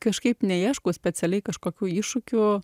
kažkaip neieškau specialiai kažkokių iššūkių